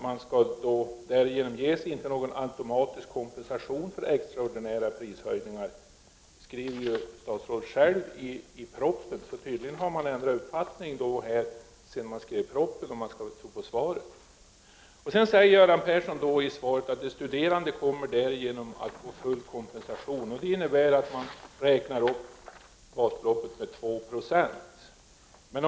Det skall inte ges någon automatisk kompensation för extraordinära prishöjningar, skriver statsrådet själv i propositionen. Tydligen har man ändrat uppfattning sedan man skrev propositionen, om jag skall tro svaret. Göran Persson säger i svaret att de studerande därigenom kommer att få full kompensation. Det innebär att man räknar upp basbeloppet med 2 96.